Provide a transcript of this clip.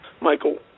Michael